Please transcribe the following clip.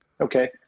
Okay